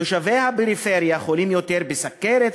תושבי הפריפריה חולים יותר בסוכרת,